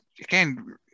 again